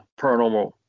paranormal